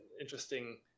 interesting